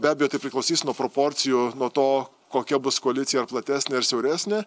be abejo tai priklausys nuo proporcijų nuo to kokia bus koalicija ar platesnė ar siauresnė